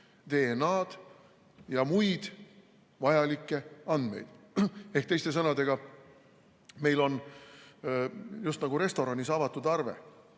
DNA‑d ja muid vajalikke andmeid. Teiste sõnadega, meil on just nagu restoranis avatud arve.